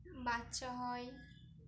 বাচ্চা হয়